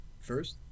first